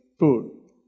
food